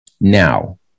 Now